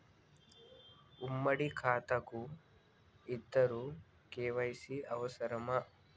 ఉమ్మడి ఖాతా కు ఇద్దరు కే.వై.సీ అవసరమా?